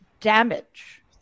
damage